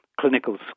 clinical